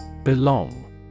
Belong